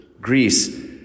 Greece